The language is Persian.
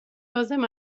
لازم